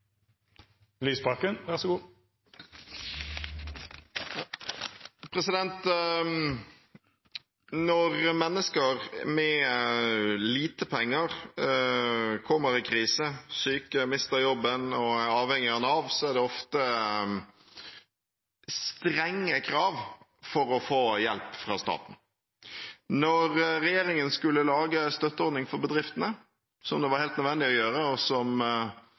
av Nav – er det ofte strenge krav til å få hjelp fra staten. Da regjeringen skulle lage støtteordning for bedriftene, som det var helt nødvendig å gjøre, og som